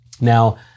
Now